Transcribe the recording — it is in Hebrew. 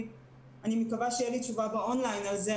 ואני מקווה שתהיה לי תשובה און-ליין על זה.